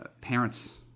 parents